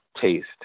taste